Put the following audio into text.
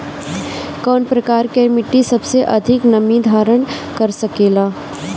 कौन प्रकार की मिट्टी सबसे अधिक नमी धारण कर सकेला?